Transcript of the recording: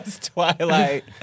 Twilight